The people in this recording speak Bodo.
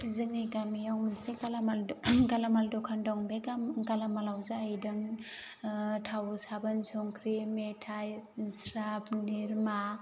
जोंनि गामियाव मोनसे गालामाल दो गालामाल दखान दं बे गाम गालामालाव जाहैदों थाव साबोन संख्रि मेथाय स्राप निरमा